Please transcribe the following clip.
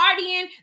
partying